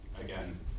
again